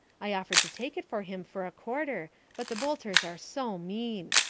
i offered to take it for him for a quarter but the boulters are so mean.